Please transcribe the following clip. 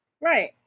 Right